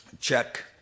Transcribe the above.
check